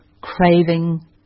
craving